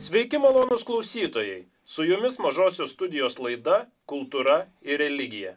sveiki malonūs klausytojai su jumis mažosios studijos laida kultūra ir religija